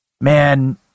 man